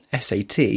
SAT